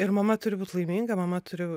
ir mama turi būt laiminga mama turiu